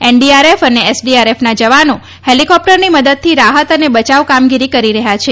NDRF અને એસડીએફના જવાનો હેલિકોપ્ટરની મદદથી રાહત અને બયાવ કામગીરી કરી રહ્યા છે